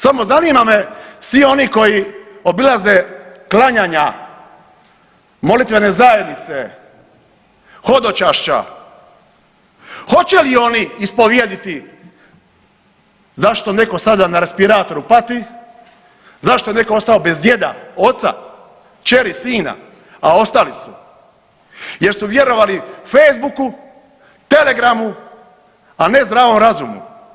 Samo zanima me svi oni koji obilaze klanjanja, molitvene zajednice, hodočašća, hoće li oni ispovjediti zašto netko sada na respiratoru pati, zašto je netko ostao bez djeda, oca, kćeri, sina, a ostali su jer su vjerovali Facebooku, Telegramu, a ne zdravom razumu.